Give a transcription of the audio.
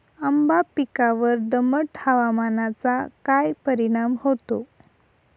आंबा पिकावर दमट हवामानाचा काय परिणाम होतो?